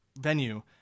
venue